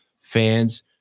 fans